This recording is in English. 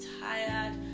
tired